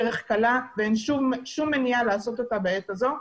דרך קלה ואין שום מניעה לא לעשות אותה בעת הזו,